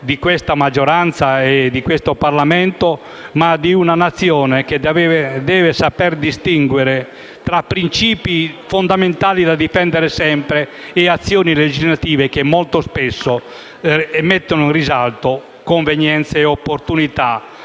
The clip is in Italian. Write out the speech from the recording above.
di questa maggioranza e di questo Parlamento, ma della Nazione. Quest'ultima deve saper distinguere tra principi fondamentali da difendere sempre e azioni legislative che molto spesso mettono in risalto convenienze e opportunità